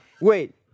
Wait